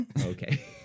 Okay